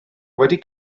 wedi